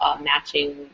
matching